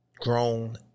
grown